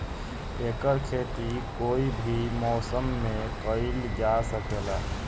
एकर खेती कोई भी मौसम मे कइल जा सके ला